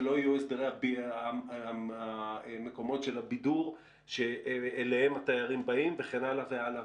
ולא יהיו הסדרי המקומות של הבידור שאליהם התיירים באים וכן הלאה.